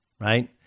right